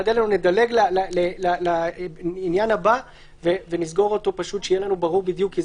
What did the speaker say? נדלג לעניין הבא ונסגור את זה שיהיה לנו ברור בדיוק.